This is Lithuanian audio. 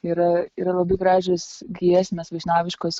yra yra labai gražios giesmės vaišnaviškos